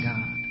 God